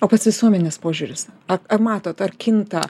o pats visuomenės požiūris ar ar matote ar kinta